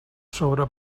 sobre